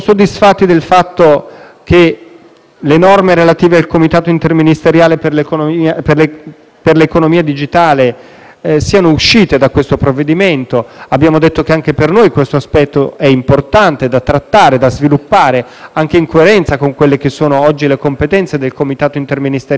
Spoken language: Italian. le norme relative al Comitato interministeriale per l'economia digitale siano uscite da questo provvedimento. Abbiamo detto che anche per noi questo aspetto è importante, è da trattare e da sviluppare, anche in coerenza con quelle che oggi sono le competenze del Comitato interministeriale per la programmazione economica